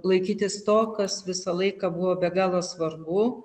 laikytis to kas visą laiką buvo be galo svarbu